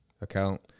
account